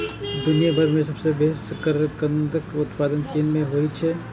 दुनिया भरि मे सबसं बेसी शकरकंदक उत्पादन चीन मे होइ छै